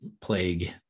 plague